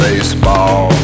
Baseball